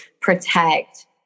protect